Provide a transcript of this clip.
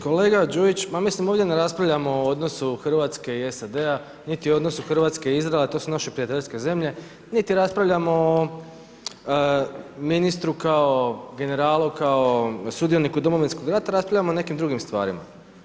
Kolega Đujić, ma mislim ovdje ne raspravljamo o odnosu Hrvatske i SAD-a niti o odnosu Hrvatske i Izraela, to su naše prijateljske zemlje niti raspravljamo o ministru kao generalu, kao sudioniku Domovinskog rata, raspravljamo o nekim drugim stvarima.